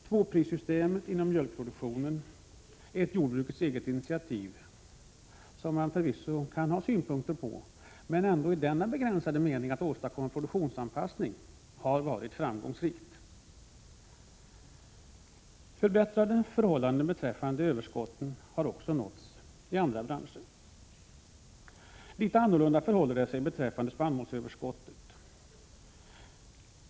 Tvåprissystemet inom mjölkproduktionen är ett jordbrukets eget initiativ, som man förvisso kan ha synpunkter på men som ändå i denna begränsade mening att åstadkomma produktionsanpassning har varit framgångsrikt. Förbättrade förhållanden beträffande överskottet har också nåtts i andra branscher. Litet annorlunda förhåller det sig beträffande spannmålsöverskottet.